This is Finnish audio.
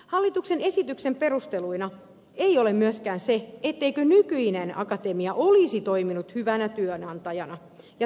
hallituksen esityksen perusteluina ei ole myöskään se etteikö nykyinen akatemia olisi toiminut työnantajana hyvin